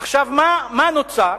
עכשיו, מה נוצר?